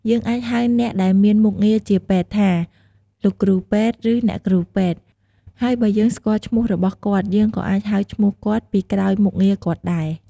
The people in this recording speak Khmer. យើងអាចហៅអ្នកដែលមានមុខងារជាពេទ្យថា លោកគ្រូពេទ្យ ឬអ្នកគ្រូពេទ្យ ហើយបើយើងស្គាល់ឈ្មោះរបស់គាត់យើងក៏អាចហៅឈ្មោះគាត់ពីក្រោយមុខងារគាត់ដែរ។